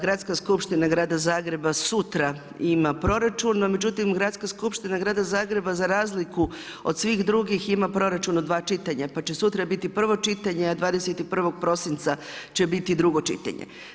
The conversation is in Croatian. Gradska skupština grada Zagreba sutra ima proračun, no međutim Gradska skupština grada Zagreba za razliku od svih drugih ima proračun u dva čitanja, pa će sutra biti prvo čitanje, 21. prosinca će biti drugo čitanje.